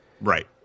right